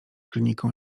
kliniką